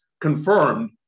confirmed